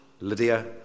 Lydia